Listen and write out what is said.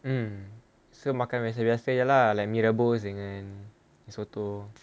mm so makan biasa-biasa jer lah like mee rebus dengan mee soto